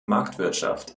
marktwirtschaft